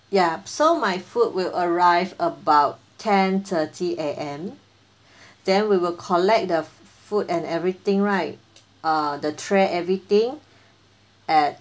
ya so my food will arrive about ten thirty A_M then we will collect the f~ food and everything right err the tray everything at